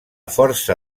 força